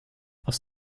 aus